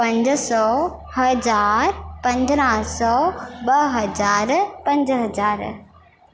पंज सौ हज़ार पंद्राहं सौ ॿ हज़ार पंज हज़ार